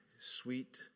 sweet